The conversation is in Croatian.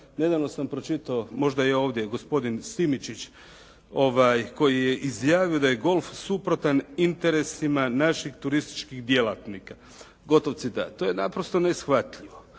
Nedavno sam pročitao, možda je ovdje gospodin Simičić koji je izjavio da je golf suprotan interesima naših turističkih djelatnika. Gotov citat. To je naprosto neshvatljivo.